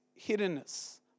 hiddenness